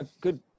good